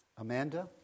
Amanda